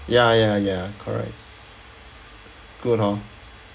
ya ya ya correct good hor